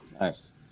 nice